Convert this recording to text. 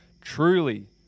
Truly